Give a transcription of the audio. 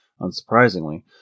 unsurprisingly